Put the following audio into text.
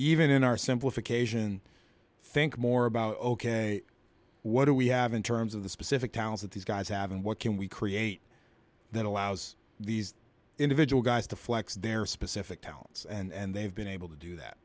even in our simplification think more about ok what do we have in terms of the specific towns that these guys have and what can we create that allows these individual guys to flex their specific talents and they've been able to do that